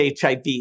HIV